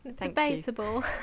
Debatable